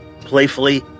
playfully